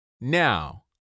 Now